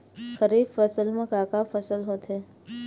खरीफ फसल मा का का फसल होथे?